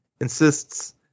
insists